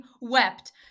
wept